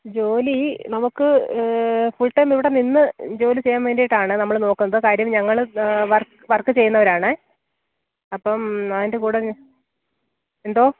ജോലി നമുക്ക് full time ഇവിടെ നിന്ന് ജോലി ചെയ്യാൻ വേണ്ടിയിട്ടാണ് നമ്മൾ നോക്കുന്നത് കാര്യം ഞങ്ങൾ വര്ക്ക് ചെയ്യുന്നവരാണ് അപ്പം അതിന്റെ കൂടെ എന്തോ